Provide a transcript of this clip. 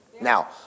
Now